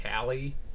Callie